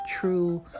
true